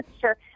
Sure